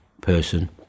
person